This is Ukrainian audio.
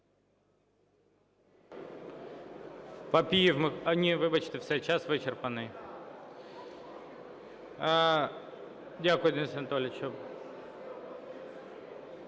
Дякую, Денисе Анатолійовичу.